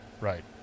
Right